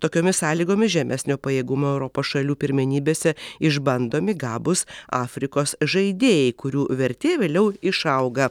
tokiomis sąlygomis žemesnio pajėgumo europos šalių pirmenybėse išbandomi gabūs afrikos žaidėjai kurių vertė vėliau išauga